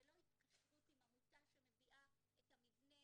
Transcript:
זה לא התקשרות עם עמותה שמביאה את המבנה,